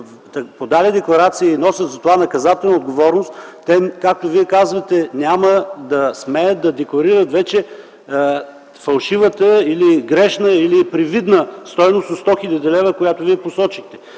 подали декларация и носят за това наказателна отговорност, те, както Вие казвате, няма да смеят да декларират вече фалшивата или грешна, или привидна стойност от 100 хил. лв., която Вие посочихте.